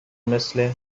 مثل